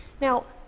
now,